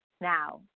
now